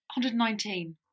119